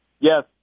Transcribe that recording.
Yes